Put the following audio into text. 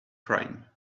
crime